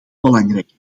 belangrijk